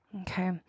Okay